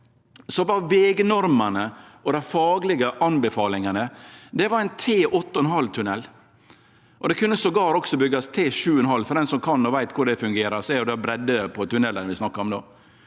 kr, var vegnormene og dei faglege anbefalingane ein T8,5-tunnel. Det kunne også byggjast T7,5. For dei som kan og veit korleis det fungerer, er det breidda på tunnelane vi snakkar om